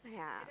yeah